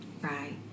Right